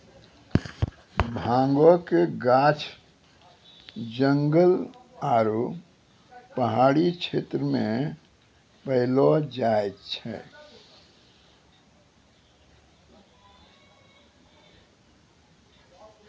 भांगक गाछ जंगल आरू पहाड़ी क्षेत्र मे पैलो जाय छै